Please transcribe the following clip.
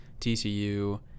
TCU